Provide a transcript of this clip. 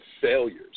failures